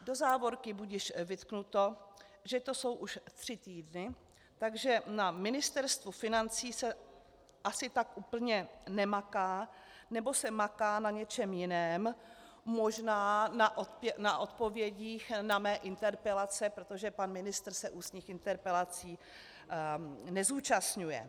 Do závorky budiž vytknuto, že to jsou už tři týdny, takže na Ministerstvu financí se asi tak úplně nemaká, nebo se maká na něčem jiném, možná na odpovědích na mé interpelace, protože pan ministr se ústních interpelací nezúčastňuje.